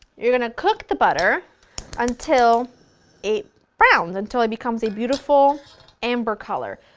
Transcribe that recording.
you're going to cook the butter until it browns, until it becomes a beautiful amber color,